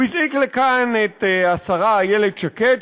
הוא הזעיק לכאן את השרה איילת שקד,